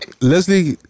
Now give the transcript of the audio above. Leslie